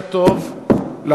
לילה טוב למתמידים.